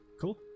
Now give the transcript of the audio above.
cool